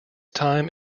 time